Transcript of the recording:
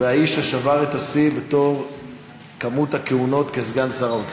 והאיש ששבר את השיא במספר הכהונות כסגן שר האוצר.